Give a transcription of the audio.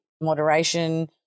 moderation